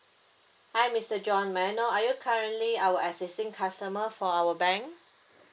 hi mister john may I know are you currently our existing customer for our bank